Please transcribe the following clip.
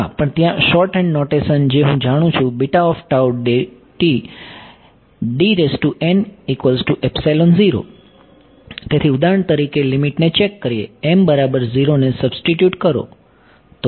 હા પણ ત્યાં શોર્ટ હેન્ડ નોટેશન છે જે હું જાણું છું તેથી ઉદાહરણ તરીકે લીમીટ ને ચેક કરીએ ને સબ્સ્ટીટ્યુટ કરો